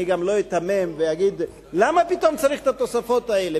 אני גם לא איתמם ואגיד: למה פתאום צריך את התוספות האלה?